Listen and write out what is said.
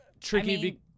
tricky